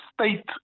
state